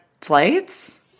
flights